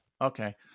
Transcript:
Okay